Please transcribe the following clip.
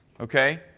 Okay